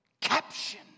Caption